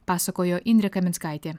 pasakojo indrė kaminskaitė